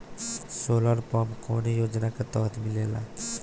Solar pump कौने योजना के तहत मिलेला?